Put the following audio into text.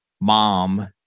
mom